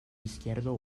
izquierdo